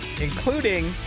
including